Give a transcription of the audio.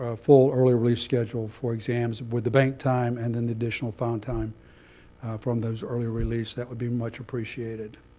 ah full early release schedule for exams, with the bank time, and then the additional found time from those early release. that would be much appreciated.